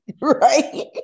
right